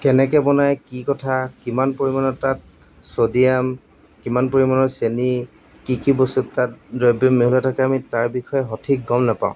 কেনেকৈ বনায় কি কথা কিমান পৰিমাণৰ তাত ছডিয়াম কিমান পৰিমাণৰ চেনি কি কি বস্তু তাত দ্ৰব্য মেহুলা থাকে আমি তাৰ বিষয়ে সঠিক গম নাপাওঁ